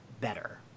better